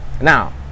Now